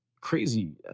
crazy